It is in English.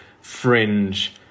fringe